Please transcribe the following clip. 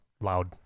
loud